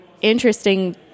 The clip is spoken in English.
interesting